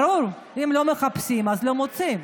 ברור, אם לא מחפשים אז לא מוצאים.